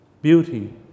beauty